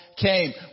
came